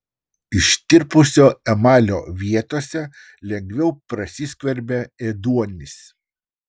ištirpusio emalio vietose lengviau prasiskverbia ėduonis